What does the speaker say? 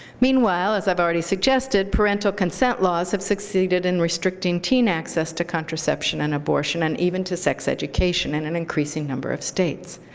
meanwhile, as i've already suggested, parental consent laws have succeeded in restricting teen access to contraception and abortion, and even to sex education in an increasing number of states.